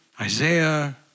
Isaiah